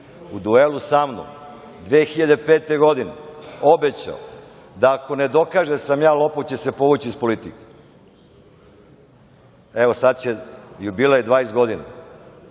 u duelu sa mnom 2005. godine obećao je da, ako ne dokaže da sam ja lopov, će se povući iz politike. Sada će jubilej 20 godina,